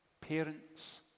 parents